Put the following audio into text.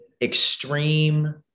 extreme